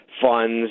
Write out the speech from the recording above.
funds